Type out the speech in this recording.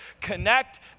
connect